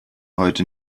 heute